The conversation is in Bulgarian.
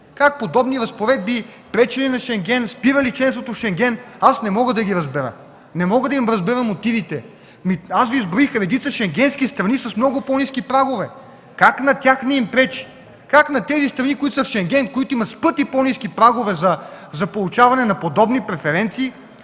как подобни разпоредби пречели, спирали членството в Шенген. Не мога да ги разбера, не мога да разбера мотивите им. Изброих редица шенгенски страни с много по-ниски прагове. Как на тях не им пречи?! Как на страни в Шенген, които имат в пъти по-ниски прагове за получаване на подобни преференции,